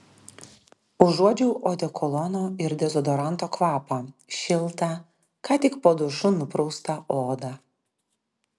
užuodžiau odekolono ir dezodoranto kvapą šiltą ką tik po dušu nupraustą odą